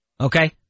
Okay